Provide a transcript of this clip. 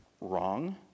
wrong